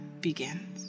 begins